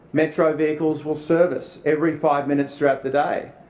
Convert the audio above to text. metro vehicles will service every five minutes throughout the day,